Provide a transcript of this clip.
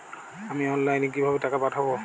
আমি অনলাইনে কিভাবে টাকা পাঠাব?